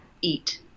eat